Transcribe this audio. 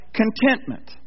contentment